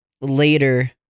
later